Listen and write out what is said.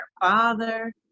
father